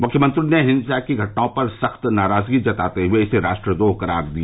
मुख्यमंत्री ने हिंसा की घटनाओं पर सख्त नाराजगी जताते हुए इसे राष्ट्र द्रोह करार दिया